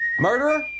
Murderer